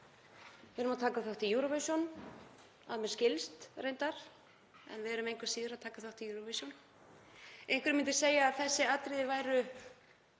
Við erum að taka þátt í Eurovision, að mér skilst reyndar, en við erum engu að síður að taka þátt í Eurovision. Einhver myndi segja að þessi atriði væru